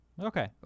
Okay